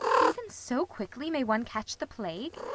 even so quickly may one catch the plague?